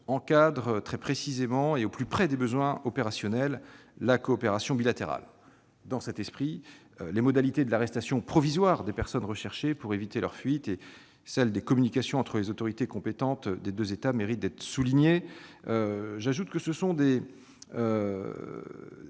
encadrant très précisément et au plus près des besoins opérationnels la coopération bilatérale. Dans cet esprit, les modalités de l'arrestation provisoire des personnes recherchées pour éviter leur fuite et celles des communications entre les autorités compétentes des deux États méritent d'être soulignées. Les stipulations de